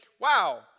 Wow